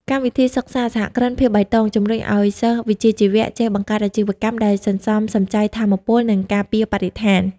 កម្មវិធីសិក្សា "សហគ្រិនភាពបៃតង" ជម្រុញឱ្យសិស្សវិជ្ជាជីវៈចេះបង្កើតអាជីវកម្មដែលសន្សំសំចៃថាមពល និងការពារបរិស្ថាន។